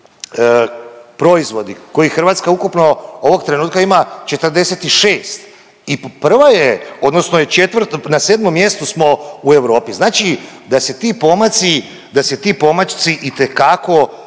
zaštićeni proizvodi kojih Hrvatska ukupno ovog trenutka ima 46 i prva je odnosno i četvrta na sedmom mjestu u Europi, znači da se ti pomaci itekako